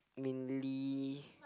mainly